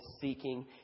seeking